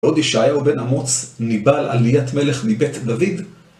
בעוד ישעיהו בן אמוץ ניבא עליית מלך מבית דוד